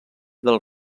del